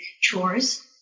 chores